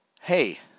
Hey